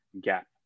gap